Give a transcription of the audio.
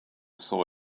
saw